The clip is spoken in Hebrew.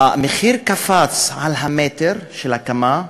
מחיר המטר להקמה קפץ,